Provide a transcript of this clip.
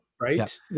right